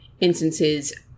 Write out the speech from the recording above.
instances